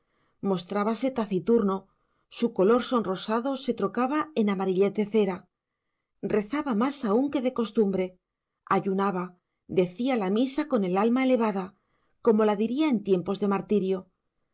imaginación mostrábase taciturno su color sonrosado se trocaba en amarillez de cera rezaba más aún que de costumbre ayunaba decía la misa con el alma elevada como la diría en tiempos de martirio